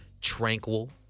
tranquil